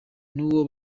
n’uwo